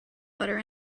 butter